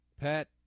Pat